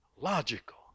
logical